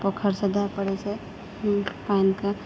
पोखरिसँ दय पड़ैत छै पानिकऽ